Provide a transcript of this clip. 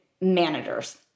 managers